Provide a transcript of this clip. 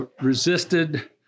resisted